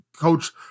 coach